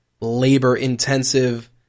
labor-intensive